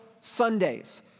Sundays